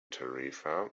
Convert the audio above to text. tarifa